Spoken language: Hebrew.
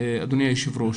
אדוני היושב-ראש,